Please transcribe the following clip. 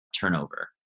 turnover